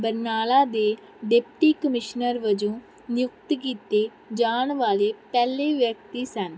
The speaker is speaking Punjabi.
ਬਰਨਾਲਾ ਦੇ ਡਿਪਟੀ ਕਮਿਸ਼ਨਰ ਵਜੋਂ ਨਿਯੁਕਤ ਕੀਤੇ ਜਾਣ ਵਾਲੇ ਪਹਿਲੇ ਵਿਅਕਤੀ ਸਨ